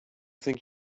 think